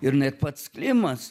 ir net pats klimas